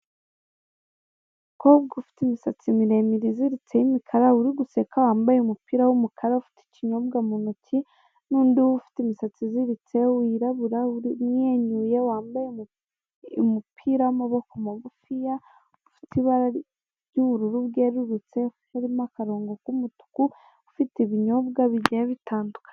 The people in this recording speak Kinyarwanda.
Umukobwa ufite imisatsi miremire iziritse y'imikara uri guseka, wambaye umupira w'umukara, ufite ikinyobwa mu ntoki, n'undi ufite imisatsi iziritse wirabura, umwenyuye, wambaye umupira w'amaboko magufiya ufite ibara ry'ubururu bwererutse, harimo akarongo k'umutuku, ufite ibinyobwa bigiye bitandukanye.